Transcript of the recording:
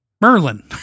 Merlin